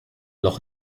loch